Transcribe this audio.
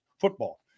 football